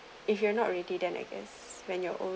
if you're not ready then I guess when you're old